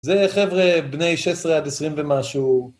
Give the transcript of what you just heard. זה חבר'ה בני 16 עד 20 ומשהו